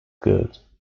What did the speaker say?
good